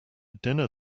dinner